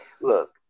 Look